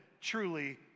truly